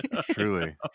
truly